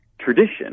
tradition